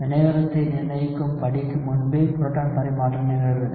வினைவேகத்தை நிர்ணயிக்கும் படிக்கு முன்பே புரோட்டான் பரிமாற்றம் நிகழ்கிறது